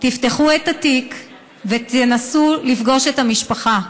תפתחו את התיק ותנסו לפגוש את המשפחה.